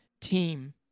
team